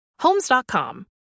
Homes.com